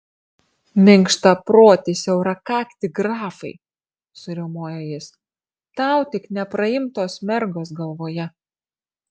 minkštaproti siaurakakti grafai suriaumojo jis tau tik nepraimtos mergos galvoje